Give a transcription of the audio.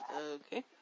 Okay